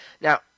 Now